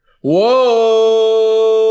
Whoa